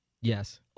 Yes